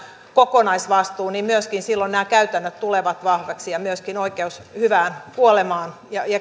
kokonaisvastuun niin silloin myöskin nämä käytännöt tulevat vahvoiksi ja myöskin oikeus hyvään kuolemaan